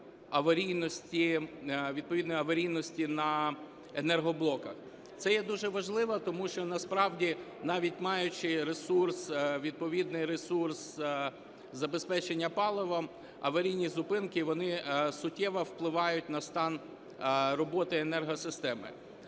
Це є дуже важливо, тому що насправді, навіть маючи ресурс, відповідний ресурс забезпечення паливом, аварійні зупинки, вони суттєво впливають на стан роботи енергосистеми.